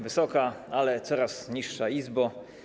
Wysoka, ale coraz niższa Izbo!